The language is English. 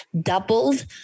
doubled